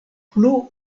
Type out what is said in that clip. plu